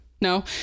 No